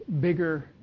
bigger